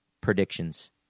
predictions